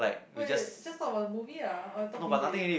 wait just talk about the movie ah or you talk finish already